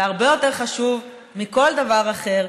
זה הרבה יותר חשוב מכל דבר אחר.